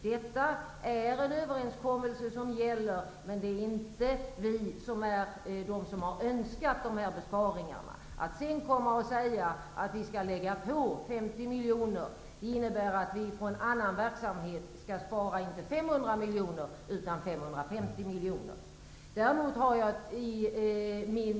Detta är en överenskommelse som gäller, Lars-Erik Lövdén, men det är inte vi som har önskat dessa besparingar. Att sedan begära att ytterligare 50 miljoner skall anslås betyder att vi måste spara in inte enbart 500 miljoner utan 550 miljoner på någon annan verksamhet.